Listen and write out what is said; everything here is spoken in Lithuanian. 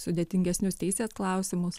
sudėtingesnius teisės klausimus